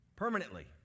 Permanently